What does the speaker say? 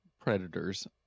predators